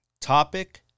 Topic